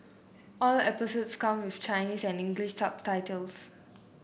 all episodes come with Chinese and English subtitles